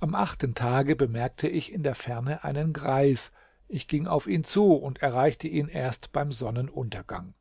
am achten tage bemerkte ich in der ferne einen greis ich ging auf ihn zu und erreichte ihn erst beim sonnenuntergang